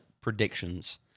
predictions